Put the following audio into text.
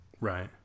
Right